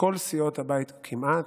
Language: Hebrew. מכל סיעות הבית כמעט,